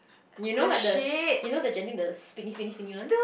you know like the you know the Genting the spinning spinning spinning one